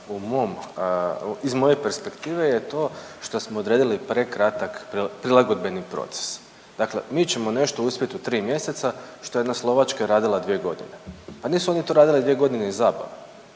iz moje perspektive je to što smo odredili prekratak prilagodbeni proces, dakle mi ćemo nešto uspjet u 3 mjeseca što je jedna Slovačka radila 2.g., pa nisu oni to radili 2.g. iz zabave.